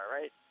right